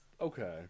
Okay